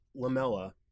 Lamella –